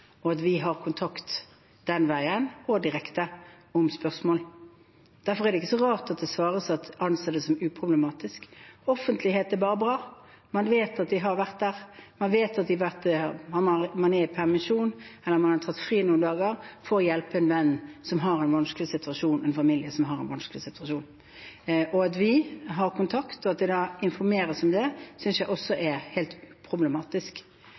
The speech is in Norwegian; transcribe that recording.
og at vi har kontakt den veien – og direkte – om spørsmål. Derfor er det ikke så rart at det svares at man anser det som uproblematisk. Offentlighet er bare bra. Man vet at de har vært der, man vet at man er i permisjon eller har tatt fri noen dager for å hjelpe en venn og en familie i en vanskelig situasjon. At vi har kontakt, og at det informeres om det, synes jeg også er helt uproblematisk.